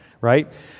right